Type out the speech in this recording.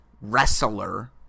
wrestler